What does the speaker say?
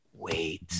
Wait